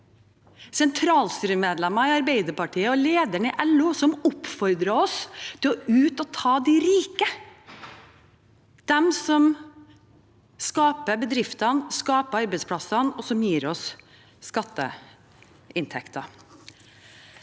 sentralstyremedlemmer i Arbeiderpartiet og lederen i LO som oppfordrer oss til å gå ut og ta de rike – de som skaper bedriftene og arbeidsplassene og gir oss skatteinntekter.